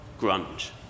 grunge